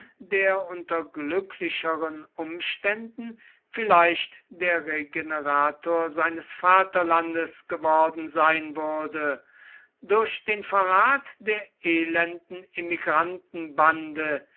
der unter glücklicheren umständen vielleicht der regenerator seines vaterlandes geworden sein würde durch den verrat der elenden